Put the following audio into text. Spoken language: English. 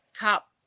top